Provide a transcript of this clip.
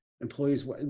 employees